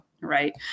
Right